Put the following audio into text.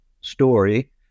story